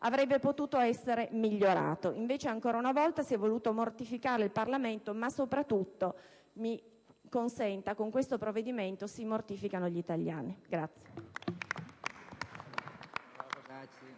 avrebbe potuto essere migliorato. Invece, ancora una volta si è voluto mortificare il Parlamento ma, soprattutto, mi sia consentito dire che con questo provvedimento si mortificano gli italiani.